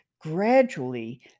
Gradually